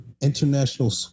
International